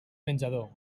menjador